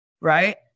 right